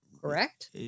correct